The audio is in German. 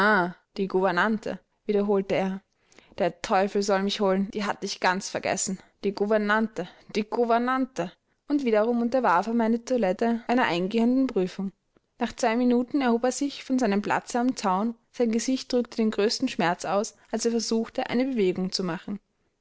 die gouvernante wiederholte er der teufel soll mich holen die hatte ich ganz vergessen die gouvernante die gouvernante und wiederum unterwarf er meine toilette einer eingehenden prüfung nach zwei minuten erhob er sich von seinem platze am zaun sein gesicht drückte den größten schmerz aus als er versuchte eine bewegung zu machen